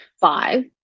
five